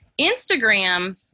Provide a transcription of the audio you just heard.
Instagram